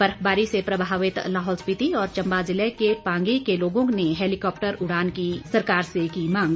बर्फबारी से प्रभावित लाहौल स्पीति और चंबा जिला के पांगी के लोगों ने हैलीकॉप्टर उड़ान की सरकार से की मांग